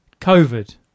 COVID